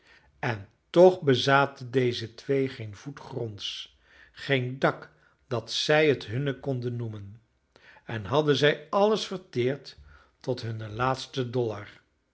en toch bezaten deze twee geen voet gronds geen dak dat zij het hunne konden noemen en hadden zij alles verteerd tot hunnen laatsten dollar